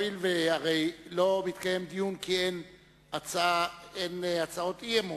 הואיל ולא מתקיים דיון כי אין הצעות אי-אמון,